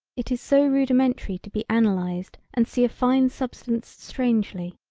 it is so rudimentary to be analysed and see a fine substance strangely,